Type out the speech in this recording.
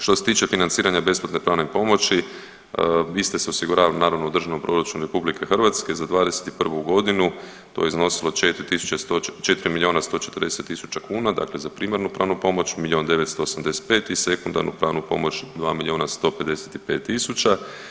Što se tiče financiranja besplatne pravne pomoći iste se osiguravaju naravno u Državnom proračunu RH, za '21.g. to je iznosilo 4 milijuna 140 tisuća kuna, dakle za primarnu pravnu pomoć milijun 985 i sekundarnu pravnu pomoć dva milijuna 155 tisuća.